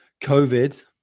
COVID